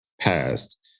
past